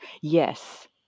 yes